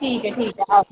ठीक ऐ ठीक ऐ